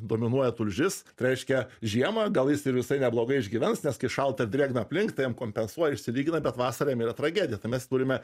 dominuoja tulžis tai reiškia žiemą gal jis ir visai neblogai išgyvens nes kai šalta drėgna aplinka tai jam kompensuoja išsilygina bet vasarą jam yra tragedija tai mes turime